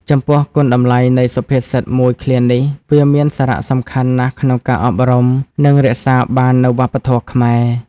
ចំពោះគុណតម្លៃនៃសុភាសិតមួយឃ្លានេះ វាមានសារៈសំខាន់ណាស់ក្នុងការអប់រំ និងរក្សាបាននូវវប្បធម៌ខ្មែរ។